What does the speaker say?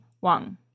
Wang